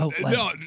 No